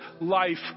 life